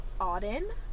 Auden